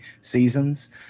seasons